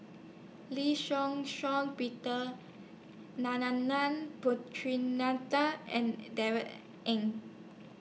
Lee Shih Shiong Peter Narana Putumaippittan and Darrell Ang